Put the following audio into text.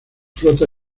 flota